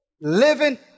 Living